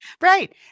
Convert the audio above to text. Right